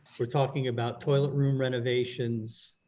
we're talking about toilet room renovations